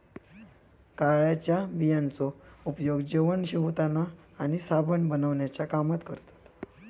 कारळ्याच्या बियांचो उपयोग जेवण शिवताना आणि साबण बनवण्याच्या कामात करतत